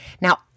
Now